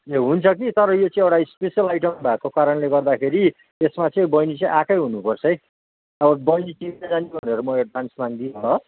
ए हुन्छ कि तर यो चाहिँ एउटा स्पेसल आइटम भएको कारणले गर्दाखेरि यसमा चाहिँ बैनी चाहिँ आएकै हुनुपर्छ है अब बैनी चिनाजानी भनेर म एडभान्स माग्दिनँ ल